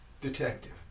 detective